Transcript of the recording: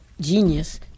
genius